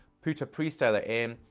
put a pre-styler in.